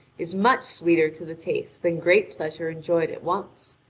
is much sweeter to the taste than great pleasure enjoyed at once.